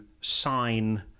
sign